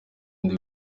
ndi